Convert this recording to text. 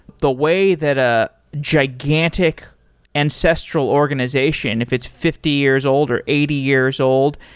the way that a gigantic ancestral organization, if it's fifty years old or eighty years old,